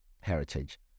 heritage